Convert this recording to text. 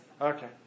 Okay